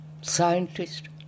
scientist